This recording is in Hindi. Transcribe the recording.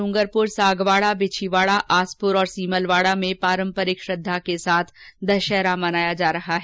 डूंगरपुर के सागवाड़ा बिछीवाड़ा आसपुर और सीमलवाड़ा में पारम्परिक श्रद्धा के साथ दशहरा मनाया जा रहा है